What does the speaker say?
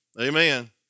Amen